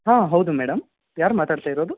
ಹಾಂ ಹೌದು ಮೇಡಮ್ ಯಾರು ಮಾತಾಡ್ತ ಇರೋದು